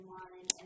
one